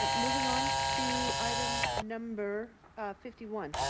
um moving on to item number fifty one.